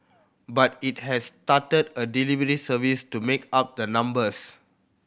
but it has started a delivery service to make up the numbers